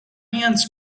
hands